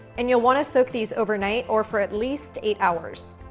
and you'll wanna soak these over night or for at least eight hours.